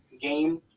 game